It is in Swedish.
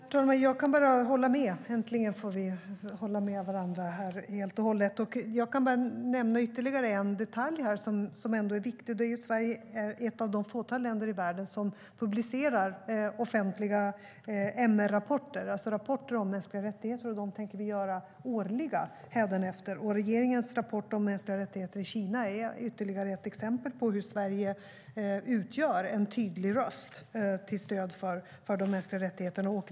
Herr talman! Jag kan bara hålla med. Äntligen får vi hålla med varandra helt och hållet! Jag kan bara nämna ytterligare en detalj som är viktig. Sverige är ett av det fåtal länder i världen som publicerar offentliga MR-rapporter, alltså rapporter om mänskliga rättigheter. Dem tänker vi göra årliga hädanefter. Regeringens rapport om mänskliga rättigheter i Kina är ytterligare ett exempel på hur Sverige utgör en tydlig röst till stöd för de mänskliga rättigheterna.